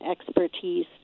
expertise